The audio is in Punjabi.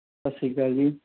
ਸਤਿ ਸ਼੍ਰੀ ਅਕਾਲ ਜੀ